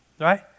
right